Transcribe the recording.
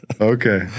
Okay